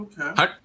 Okay